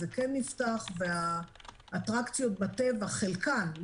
זה כן נפתח והאטרקציות בטבע חלקן,